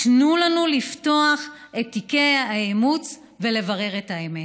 תנו לנו לפתוח את תיקי האימוץ ולברר את האמת.